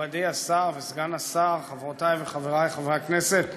מכובדי השר וסגן השר, חברותי וחברי חברי הכנסת,